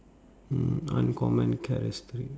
mm uncommon characteristic